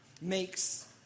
makes